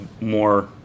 more